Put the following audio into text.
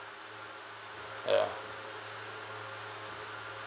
ya